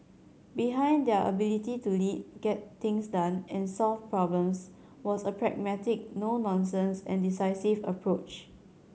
behind their ability to lead get things done and solve problems was a pragmatic no nonsense and decisive approach